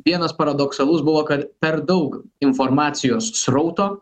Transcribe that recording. vienas paradoksalus buvo kad per daug informacijos srauto